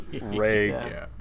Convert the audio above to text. Ray